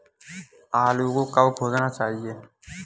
आलू को कब खोदना चाहिए?